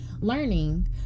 learning